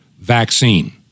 vaccine